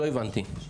לא הבנתי.